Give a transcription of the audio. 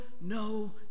no